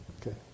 Okay